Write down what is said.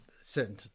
certain